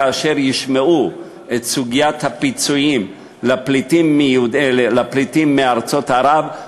כאשר ישמעו על סוגיית הפיצויים לפליטים מארצות ערב,